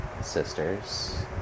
Sisters